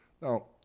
Now